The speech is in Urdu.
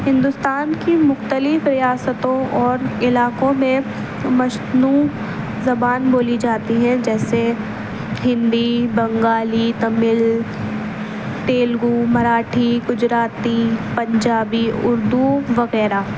ہندوستان کی مختلف ریاستوں اور علاقوں میں مصنوعی زبان بولی جاتی ہیں جیسے ہندی بنگالی تمل تیلگو مراٹھی گجراتی پنجابی اردو وغیرہ